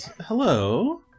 Hello